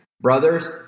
brothers